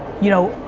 you know,